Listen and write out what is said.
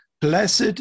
blessed